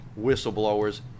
whistleblowers